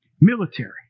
military